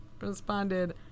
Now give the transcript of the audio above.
responded